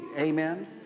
Amen